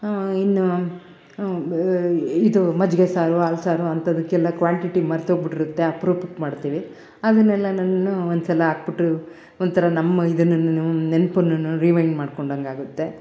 ಇನ್ನು ಇದು ಮಜ್ಜಿಗೆ ಸಾರು ಹಾಲು ಸಾರು ಅಂಥದಕ್ಕೆಲ್ಲ ಕ್ವಾಂಟಿಟಿ ಮರ್ತೋಗ್ಬಿಟ್ಟಿರುತ್ತೆ ಅಪ್ರೂಪಕ್ಕೆ ಮಾಡ್ತೀವಿ ಅದನ್ನೆಲ್ಲ ನಾನು ಒಂದ್ಸಲ ಹಾಕಿಬಿಟ್ಟು ಒಂಥರ ನಮ್ಮ ಇದನ್ನು ನೆನ್ಪುನು ರಿವೈಂಡ್ ಮಾಡ್ಕೊಂಡಂಗಾಗುತ್ತೆ